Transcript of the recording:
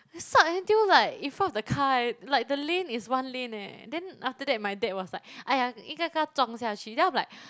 suck until like in front of the car eh like the lane is one lane eh then after that my dad was like !aiya! 应该跟他撞下去 then I'm like